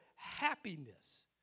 Happiness